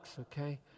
okay